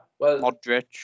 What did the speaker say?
Modric